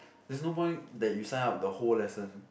there's no point that you sign up the whole lesson